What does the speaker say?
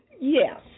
Yes